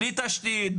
בלי תשתית,